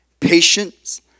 patience